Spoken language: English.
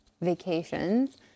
vacations